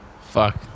Fuck